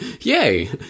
Yay